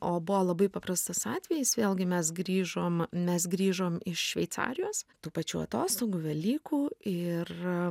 o buvo labai paprastas atvejis vėlgi mes grįžom mes grįžom iš šveicarijos tų pačių atostogų velykų ir